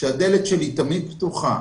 דבר ראשון, הדלת שלי תמיד פתוחה.